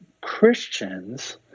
Christians